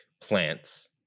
plants